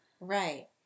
Right